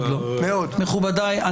מכובדי,